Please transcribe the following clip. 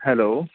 hello